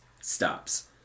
stops